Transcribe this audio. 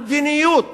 המדיניות